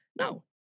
No